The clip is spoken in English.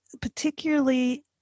particularly